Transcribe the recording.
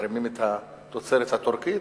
מחרימים את התוצרת הטורקית,